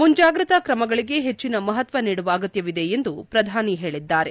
ಮುಂಜಾಗ್ರತಾ ಕ್ರಮಗಳಿಗೆ ಹೆಚ್ಚಿನ ಮಹತ್ವ ನೀಡುವ ಅಗತ್ಯವಿದೆ ಎಂದು ಶ್ರಧಾನಿ ಹೇಳಿದ್ದಾರೆ